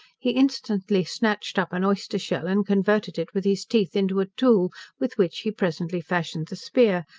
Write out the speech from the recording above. he instantly snatched up an oyster-shell, and converted it with his teeth into a tool with which he presently fashioned the spear,